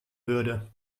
würde